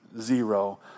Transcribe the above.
zero